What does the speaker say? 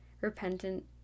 repentant